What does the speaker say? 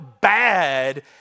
bad